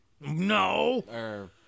No